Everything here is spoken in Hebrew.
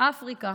אפריקה,